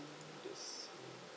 this